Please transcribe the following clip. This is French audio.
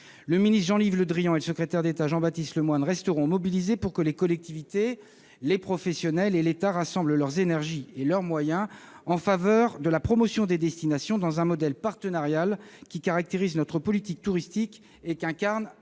Le ministre Jean-Yves Le Drian et le secrétaire d'État Jean-Baptiste Lemoyne resteront mobilisés pour que les collectivités, les professionnels et l'État rassemblent leurs énergies et leurs moyens en faveur de la promotion des destinations, dans un modèle partenarial qui caractérise notre politique touristique et qu'incarne